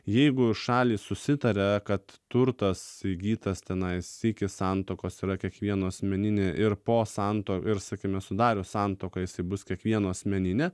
jeigu šalys susitaria kad turtas įgytas tenais iki santuokos yra kiekvieno asmeninė ir po santuo ir sakykime sudarius santuoką jisai bus kiekvieno asmeninė